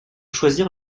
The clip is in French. choisir